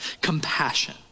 compassion